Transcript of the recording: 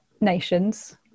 nations